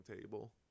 table